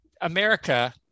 America